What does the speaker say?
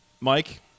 Mike